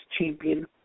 champion